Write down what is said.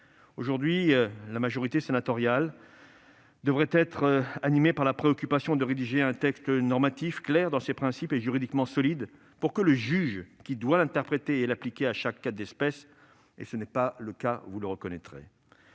Aujourd'hui, la majorité sénatoriale devrait être animée par la préoccupation de rédiger un texte normatif, clair dans ses principes et juridiquement solide, pour le juge qui devra l'interpréter et l'appliquer à chaque cas d'espèce. Tel n'est pas le cas, vous le reconnaîtrez.